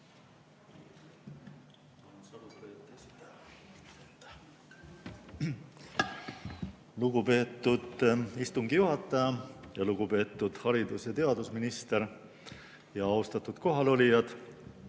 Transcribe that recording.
Lugupeetud istungi juhataja! Lugupeetud haridus‑ ja teadusminister! Austatud kohalolijad!